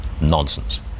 Nonsense